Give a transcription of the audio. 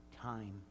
time